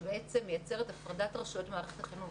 שבעצם מייצרת הפרדת רשויות ממערכת החינוך.